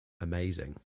amazing